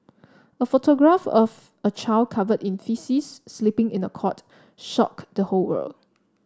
a photograph of a child covered in faeces sleeping in a cot shocked the whole world